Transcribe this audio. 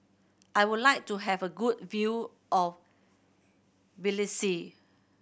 I would like to have a good view of Tbilisi